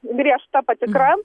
griežta patikra